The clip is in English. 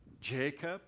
Jacob